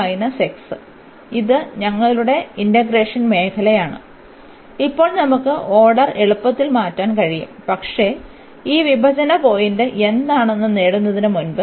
അതിനാൽ ഇത് ഞങ്ങളുടെ ഇന്റഗ്രേഷൻ മേഖലയാണ് ഇപ്പോൾ നമുക്ക് ഓർഡർ എളുപ്പത്തിൽ മാറ്റാൻ കഴിയും പക്ഷേ ഈ വിഭജന പോയിന്റ് എന്താണെന്ന് നേടുന്നതിന് മുമ്പ്